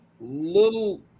little –